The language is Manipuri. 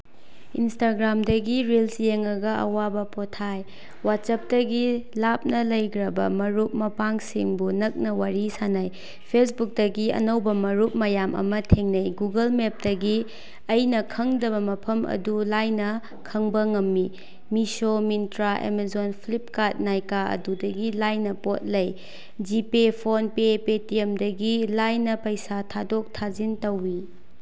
ꯏꯟꯁꯇꯒ꯭ꯔꯥꯝꯗꯒꯤ ꯔꯤꯜꯁ ꯌꯦꯡꯉꯒ ꯑꯋꯥꯕ ꯄꯣꯊꯥꯏ ꯋꯥꯆꯞꯇꯒꯤ ꯂꯥꯞꯅ ꯂꯩꯈ꯭ꯔꯕ ꯃꯔꯨꯞ ꯃꯄꯥꯡꯁꯤꯡꯕꯨ ꯅꯛꯅ ꯋꯥꯔꯤ ꯁꯥꯅꯩ ꯐꯦꯁꯕꯨꯛꯇꯒꯤ ꯑꯅꯧꯕ ꯃꯔꯨꯞ ꯃꯌꯥꯝ ꯑꯃ ꯊꯦꯡꯅꯩ ꯒꯨꯒꯜ ꯃꯦꯞꯇꯒꯤ ꯑꯩꯅ ꯈꯪꯗꯕ ꯃꯐꯝ ꯑꯗꯨ ꯂꯥꯏꯅ ꯈꯪꯕ ꯉꯝꯃꯤ ꯃꯤꯁꯣ ꯃꯤꯟꯇ꯭ꯔꯥ ꯑꯦꯃꯦꯖꯣꯟ ꯐ꯭ꯂꯤꯞꯀꯥꯔꯠ ꯅꯥꯏꯀꯥ ꯑꯗꯨꯗꯒꯤ ꯂꯥꯏꯅ ꯄꯣꯠ ꯂꯩ ꯖꯤ ꯄꯦ ꯐꯣꯟꯄꯦ ꯄꯦꯇꯤꯑꯦꯝꯗꯒꯤ ꯂꯥꯏꯅ ꯄꯩꯁꯥ ꯊꯥꯗꯣꯛ ꯊꯥꯖꯤꯟ ꯇꯧꯏ